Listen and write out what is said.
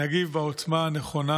נגיב בעוצמה הנכונה.